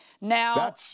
Now